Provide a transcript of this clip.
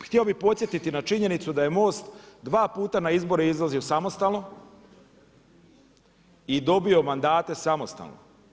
Htio bih podsjetiti na činjenicu da je MOST dva puta na izbore izlazio samostalno i dobio mandate samostalno.